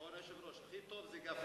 ההצעה להעביר את הנושא לוועדת הכספים נתקבלה.